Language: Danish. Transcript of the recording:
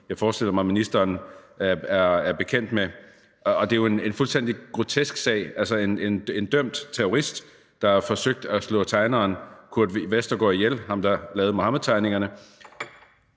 jeg forestiller mig ministeren er bekendt med. Det er jo en fuldstændig grotesk sag, altså en dømt terrorist, der har forsøgt at slå tegneren Kurt Westergaard ihjel – ham, der lavede Muhammedtegningerne